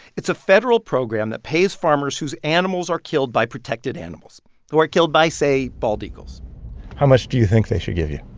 it's a federal program that pays farmers whose animals are killed by protected animals who are killed by, say, bald eagles how much do you think they should give you?